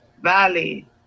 valley